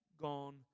gone